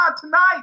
tonight